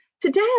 today